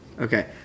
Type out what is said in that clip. Okay